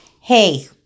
hey